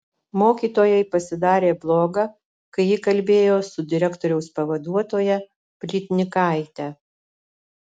mokytojai pasidarė bloga kai ji kalbėjo su direktoriaus pavaduotoja plytnikaite